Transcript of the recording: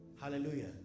hallelujah